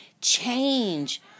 change